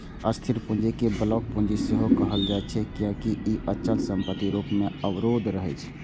स्थिर पूंजी कें ब्लॉक पूंजी सेहो कहल जाइ छै, कियैकि ई अचल संपत्ति रूप मे अवरुद्ध रहै छै